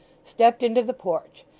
stepped into the porch,